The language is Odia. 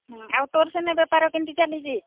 ଆଉ ତୋର ସେନା ବେପାର କେମତି ଚାଲିଛି